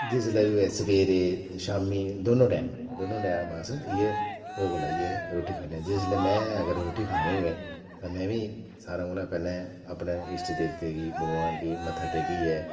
जिसलै बी होऐ सवेरे शामी दोनों टैम दोनों टैम अस इ'यै भोग लाइयै रुट्टी खन्ने आं जिसलै में अगर रुट्टी खानी होऐ ते में बी सारें कोला पैह्लें अपने इष्टदेवते गी भगोआन गी मत्था टेकियै